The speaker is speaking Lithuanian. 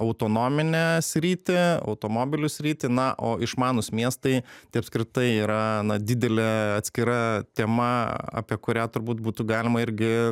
autonominę sritį automobilių sritį na o išmanūs miestai tai apskritai yra na didelė atskira tema apie kurią turbūt būtų galima irgi